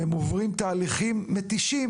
והם עוברים תהליכים מתישים